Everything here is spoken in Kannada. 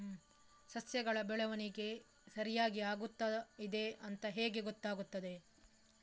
ಸಸ್ಯಗಳ ಬೆಳವಣಿಗೆ ಸರಿಯಾಗಿ ಆಗುತ್ತಾ ಇದೆ ಅಂತ ಹೇಗೆ ಗೊತ್ತಾಗುತ್ತದೆ?